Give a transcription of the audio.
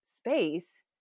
space